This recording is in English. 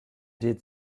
did